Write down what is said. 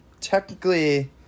technically